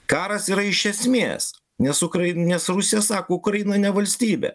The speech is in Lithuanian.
karas yra iš esmės nes ukrain nes rusija sako ukraina ne valstybė